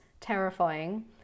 terrifying